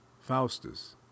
Faustus